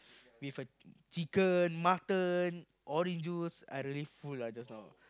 with a chicken mutton orange juice I really full lah just now